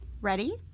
Ready